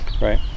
right